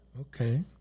Okay